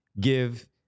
give